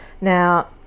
Now